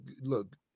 look